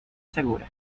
segura